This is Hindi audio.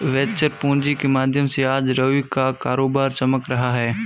वेंचर पूँजी के माध्यम से आज रवि का कारोबार चमक रहा है